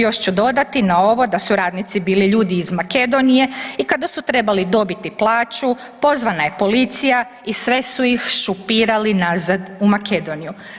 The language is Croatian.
Još ću dodati na ovo da su radnici bili ljudi iz Makedonije i kada su trebali dobiti plaću pozvana je policija i sve su ih šupirali nazad u Makedoniju.